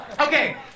Okay